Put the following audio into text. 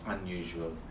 unusual